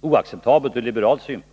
oacceptabelt ur liberal synpunkt.